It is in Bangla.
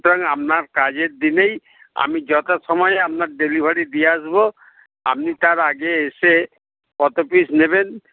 সুতরাং আপনার কাজের দিনেই আমি যথা সময়ে আপনার ডেলিভারি দিয়ে আসবো আপনি তার আগে এসে কত পিস নেবেন